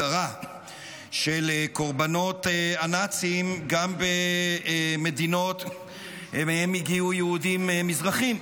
הדרה של קורבנות הנאצים גם במדינות שמהן הגיעו יהודים מזרחים,